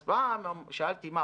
אז פעם שאלתי: מה,